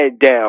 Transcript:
down